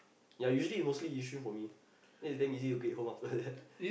ya usually mostly Yishun for me then is damn easy to get home after that